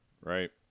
right